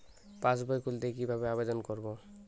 পাসবই খুলতে কি ভাবে আবেদন করব?